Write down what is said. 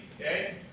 okay